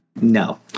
no